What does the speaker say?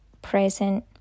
present